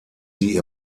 sie